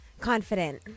Confident